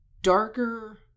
Darker